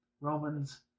Romans